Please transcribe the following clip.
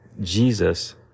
Jesus